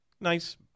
nice